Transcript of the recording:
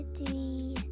three